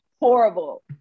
Horrible